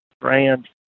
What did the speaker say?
brand